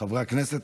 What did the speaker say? חברי הכנסת,